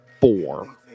four